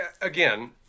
again